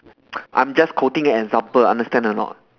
I'm just quoting an example understand or not